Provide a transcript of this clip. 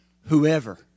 Whoever